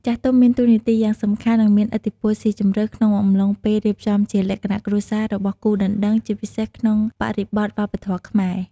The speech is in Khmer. ចាស់ទុំមានតួនាទីយ៉ាងសំខាន់ និងមានឥទ្ធិពលស៊ីជម្រៅក្នុងអំឡុងពេលរៀបចំជាលក្ខណៈគ្រួសាររបស់គូដណ្ដឹង ជាពិសេសក្នុងបរិបទវប្បធម៌ខ្មែរ។